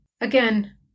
Again